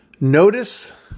Notice